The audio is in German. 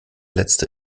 letzte